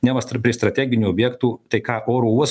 neva stri prie strateginių objektų tai ką oro uos